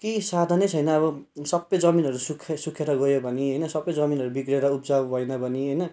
केही साधन नै छैन अब सबै जमिनहरू सुक्खा सुखेर गए पनि होइन सबै जमिनहरू बिग्रेर उब्जाउ भएन भने होइन